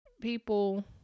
people